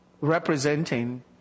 representing